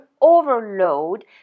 overload